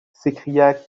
s’écria